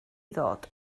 ddod